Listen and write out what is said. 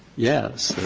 yes,